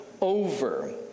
over